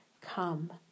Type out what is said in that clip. come